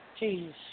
Jeez